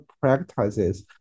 practices